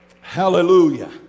Hallelujah